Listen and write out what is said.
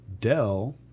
dell